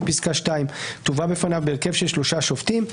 פסקה (2) תובא בפניו בהרכב של שלושה שופטים,